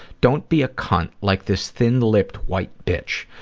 don't be a cunt like this thin-lipped white bitch.